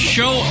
Show